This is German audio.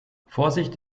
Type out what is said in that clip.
vorsicht